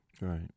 Right